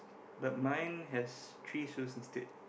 but mine has three shoes instead